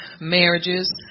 marriages